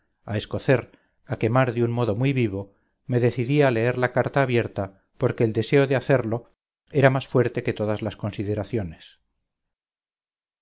a escocer a quemar de un modo muy vivo me decidí a leer la carta abierta porque el deseo de hacerlo era más fuerte que todas las consideraciones